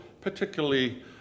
particularly